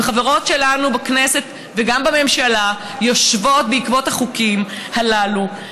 וחברות שלנו בכנסת וגם בממשלה יושבות בעקבות החוקים הללו,